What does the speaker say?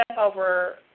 over